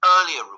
earlier